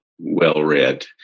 well-read